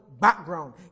background